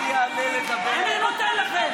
אני אעלה, אני נותן לכם.